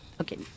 Okay